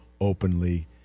openly